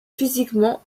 physiquement